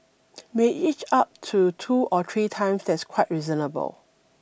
may inch up to two or three times that's quite reasonable